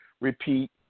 repeat